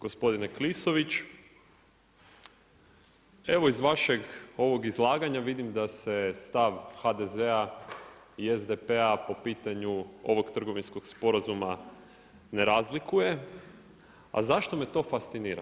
Gospodine Klisović, evo iz vašeg ovog izlaganja vidim da se stav HDZ-a i SDP-a po pitanju ovog trgovinskog sporazuma ne razlikuje, a zašto me to fascinira?